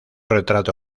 retrato